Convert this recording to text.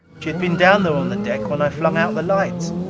she had been down there on the deck when i flung out the lights.